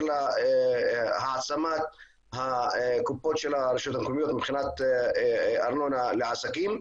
להעצמת הקופות של הרשויות המקומיות מבחינת ארנונה לעסקים.